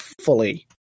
fully